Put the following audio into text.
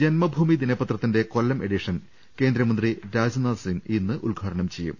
ജന്മഭൂമി ദിനപത്രത്തിന്റെ കൊല്ലം എഡീഷൻ കേന്ദ്രമന്ത്രി രാജ്നാഥ് സിങ്ങ് ഇന്ന് ഉദ്ഘാടനം ചെയ്യും